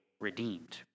redeemed